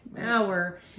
hour